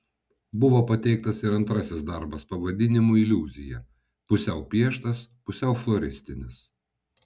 buvo pateiktas ir antrasis darbas pavadinimu iliuzija pusiau pieštas pusiau floristinis